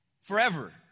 forever